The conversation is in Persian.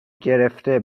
گرفته